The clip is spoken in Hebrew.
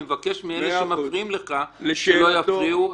אני מבקש מהמפריעים לך שלא יפריעו.